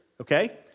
okay